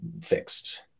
fixed